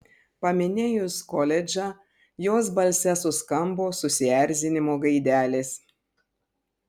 paminėjus koledžą jos balse suskambo susierzinimo gaidelės